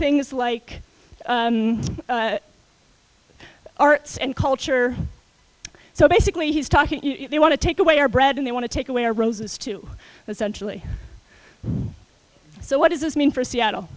things like arts and culture so basically he's talking they want to take away our bread and they want to take away our roses to essentially so what does this mean for seattle